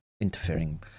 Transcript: Interfering